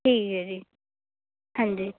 ਠੀਕ ਹੈ ਜੀ ਹਾਂਜੀ